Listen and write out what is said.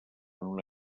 una